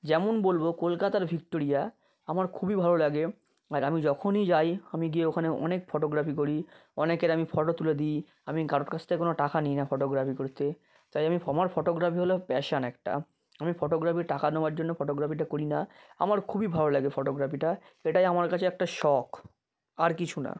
যেমন বলবো কলকাতার ভিক্টোরিয়া আমার খুবই ভালো লাগে আর আমি যখনই যাই আমি গিয়ে ওখানে অনেক ফটোগ্রাফি করি অনেকের আমি ফটো তুলে দিই আমি কারোর কাছ থেকে কোনও টাকা নিই না ফটোগ্রাফি করতে তাই আমি আমার ফটোগ্রাফি হলো প্যাশান একটা আমি ফটোগ্রাফি টাকা নেওয়ার জন্য ফটোগ্রাফিটা করি না আমার খুবই ভালো লাগে ফটোগ্রাফিটা এটাই আমার কাছে একটা শখ আর কিছু না